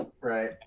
right